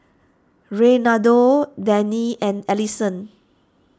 Reynaldo Dennie and Alisson